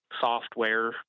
software